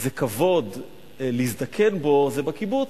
זה כבוד להזדקן בו, זה בקיבוץ,